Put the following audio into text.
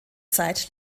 zeit